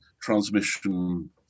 transmission